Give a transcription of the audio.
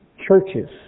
churches